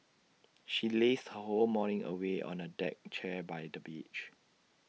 she lazed her whole morning away on A deck chair by the beach